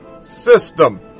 system